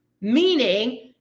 meaning